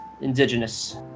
indigenous